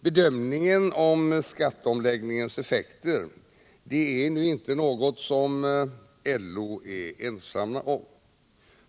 Bedömningen av skatteomläggningens effekter är inte något som LO är ensam om.